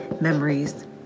memories